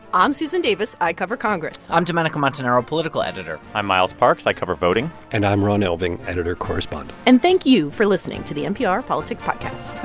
um i'm susan davis. i cover congress i'm domenico montanaro, political editor i'm miles parks. i cover voting and i'm ron elving, editor correspondent and thank you for listening to the npr politics podcast